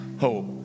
hope